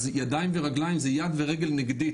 אז ידיים ורגליים זה יד ורגל נגדית.